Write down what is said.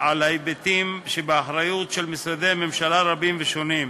על היבטים שבאחריות של משרדי ממשלה רבים ושונים,